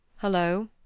Hello